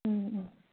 ꯎꯝ ꯎꯝ